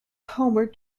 homer